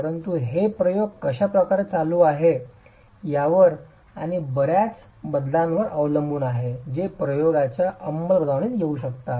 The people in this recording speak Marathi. म्हणून हे प्रयोग कशा प्रकारे चालू आहे यावर आणि बर्याच बदलांवरही अवलंबून असते जे प्रयोगाच्या अंमलबजावणीत येऊ शकतात